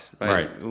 Right